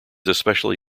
especially